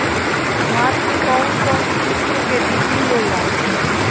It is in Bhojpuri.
धान में कउन कउन किस्म के डिभी होला?